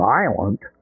Violent